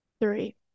Three